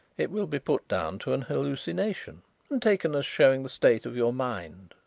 it will be put down to an hallucination and taken as showing the state of your mind.